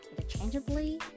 interchangeably